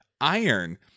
iron